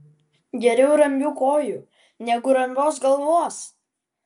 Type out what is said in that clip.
geriau rambių kojų negu rambios galvos